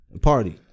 Party